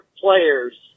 players